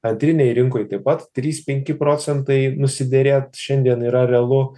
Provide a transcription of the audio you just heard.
antrinėj rinkoj taip pat trys penki procentai nusiderėt šiandien yra realu